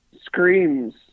screams